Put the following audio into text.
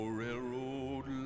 railroad